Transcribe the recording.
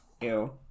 Ew